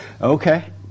Okay